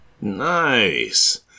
Nice